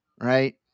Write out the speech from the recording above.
right